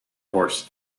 horse